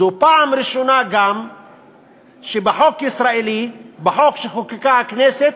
זו הפעם הראשונה שבחוק ישראלי, בחוק שחוקקה הכנסת,